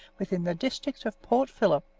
within the district of port philip,